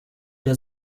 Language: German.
der